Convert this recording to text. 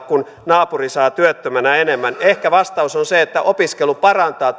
kun naapuri saa työttömänä enemmän ehkä vastaus on se että opiskelu parantaa